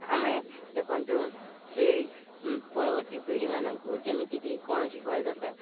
ଆମେ ଦେଖନ୍ତୁ ସେଇ ପରବର୍ତ୍ତୀ ପିଢ଼ିମାନଙ୍କୁ ଯେମିତିକି କୌଣସି ଦରକାର